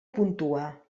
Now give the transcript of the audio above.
puntua